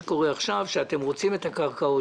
מיליון שקל כפי שביקשתי בפעם הקודמת.